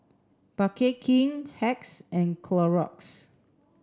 Bake King Hacks and Clorox